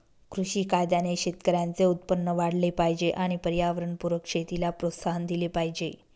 कृषी कायद्याने शेतकऱ्यांचे उत्पन्न वाढले पाहिजे आणि पर्यावरणपूरक शेतीला प्रोत्साहन दिले पाहिजे